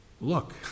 look